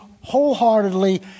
wholeheartedly